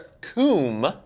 cum